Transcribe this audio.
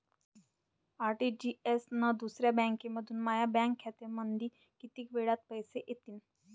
RTGS न दुसऱ्या बँकेमंधून माया बँक खात्यामंधी कितीक वेळातं पैसे येतीनं?